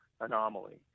anomaly